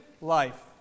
life